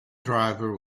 driver